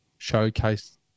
showcase